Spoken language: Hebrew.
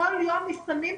כל יום מתים מסמים,